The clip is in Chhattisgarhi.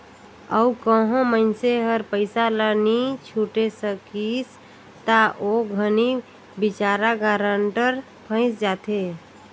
अउ कहों मइनसे हर पइसा ल नी छुटे सकिस ता ओ घनी बिचारा गारंटर फंइस जाथे